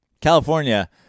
California